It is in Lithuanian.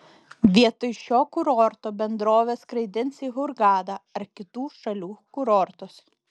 vietoj šio kurorto bendrovė skraidins į hurgadą ar kitų šalių kurortus